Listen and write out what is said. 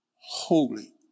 holy